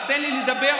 אז תן לי לדבר,